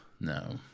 no